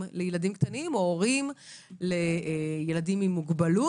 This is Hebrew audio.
לילדים קטנים או הורים לילדים עם מוגבלות,